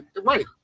Right